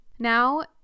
Now